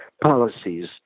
policies